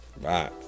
right